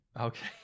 Okay